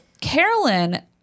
carolyn